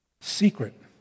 Secret